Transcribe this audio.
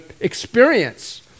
experience